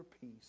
peace